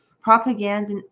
Propaganda